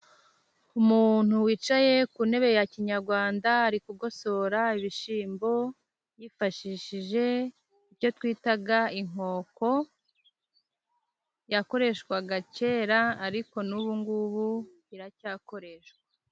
Umuntu wicaye ku ntebe ya kinyarwanda ari gugosora ibishyimbo yifashishije icyo twita inkoko. Yakoreshwaga kera, ariko n'ubu ngubu biracyakoreshwa.